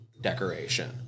decoration